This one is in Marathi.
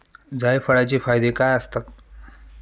जायफळाचे फायदे काय असतात?